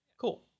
Cool